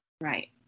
Right